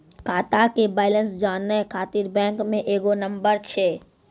खाता के बैलेंस जानै ख़ातिर बैंक मे एगो नंबर छै?